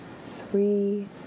three